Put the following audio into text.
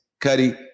Cuddy